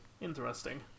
interesting